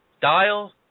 dial